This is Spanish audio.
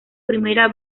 primera